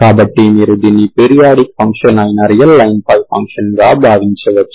కాబట్టి మీరు దీన్ని పీరియాడిక్ ఫంక్షన్ అయిన రియల్ లైన్పై ఫంక్షన్గా భావించవచ్చు